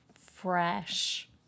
fresh